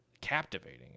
captivating